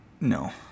No